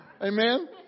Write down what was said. Amen